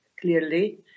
clearly